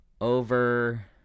Over